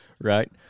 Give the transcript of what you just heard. right